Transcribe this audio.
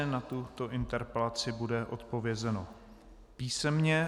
Na tuto interpelaci bude odpovězeno písemně.